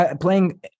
playing